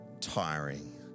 tiring